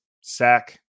sack